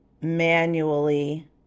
manually